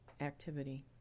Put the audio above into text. activity